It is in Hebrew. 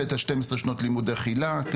את השתים עשרה שנות לימוד דרך הילה,